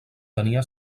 tenia